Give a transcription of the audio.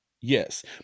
yes